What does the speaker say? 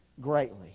Greatly